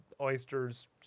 oysters